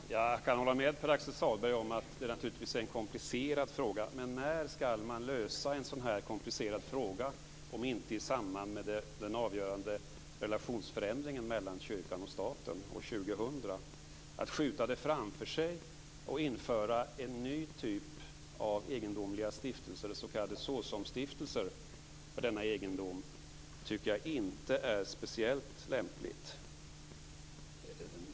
Fru talman! Jag kan hålla med Pär-Axel Sahlberg om att det naturligtvis är en komplicerad fråga. Men när skall man lösa en sådan här komplicerad fråga om inte i samband med den avgörande relationsförändringen mellan kyrkan och staten år 2000? Att skjuta det framför sig och införa en ny typ av egendomliga stiftelser, s.k. såsomstiftelser, för denna egendom tycker jag inte är speciellt lämpligt.